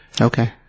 Okay